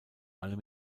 allem